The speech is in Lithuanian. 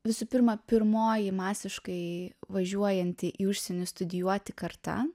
visų pirma pirmoji masiškai važiuojanti į užsienį studijuoti karta